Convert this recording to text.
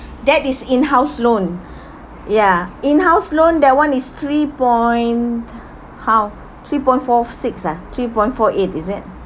that is in house loan ya in house loan that one is three point how three point four six ah three point four eight is it